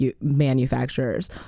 manufacturers